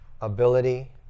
ability